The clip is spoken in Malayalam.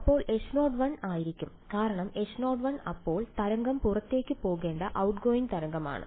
അപ്പോൾ അത് H0 ആയിരിക്കും കാരണം H0 അപ്പോൾ തരംഗം പുറത്തേക്ക് പോകേണ്ട ഔട്ട്ഗോയിംഗ് തരംഗമാണ്